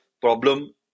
problem